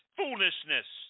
foolishness